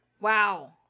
Wow